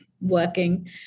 working